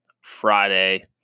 Friday